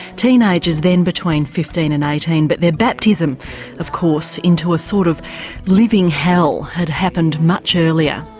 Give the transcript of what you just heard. teenagers then, between fifteen and eighteen, but their baptism of course into a sort of living hell had happened much earlier.